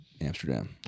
Amsterdam